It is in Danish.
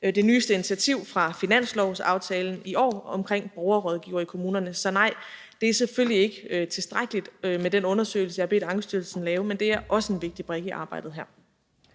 det nyeste initiativ fra finanslovsaftalen i år omkring borgerrådgivere i kommunerne. Så nej, det er selvfølgelig ikke tilstrækkeligt med den undersøgelse, jeg har bedt Ankestyrelsen om at lave, men det er også en vigtig brik i arbejdet her.